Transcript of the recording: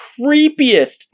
creepiest